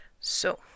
So